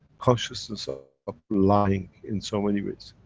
consciousness ah of lying, in so many ways.